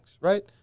right